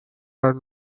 are